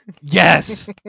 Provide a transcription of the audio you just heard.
Yes